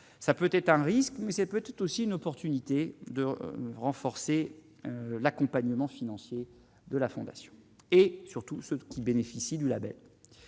ça peut être un risque, mais c'est peut-être aussi une opportunité de renforcer l'accompagnement financier de la fondation et surtout ceux qui bénéficient du Label